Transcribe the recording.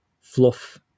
fluff